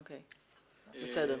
בסדר.